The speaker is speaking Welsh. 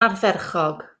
ardderchog